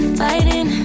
fighting